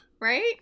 Right